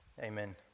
Amen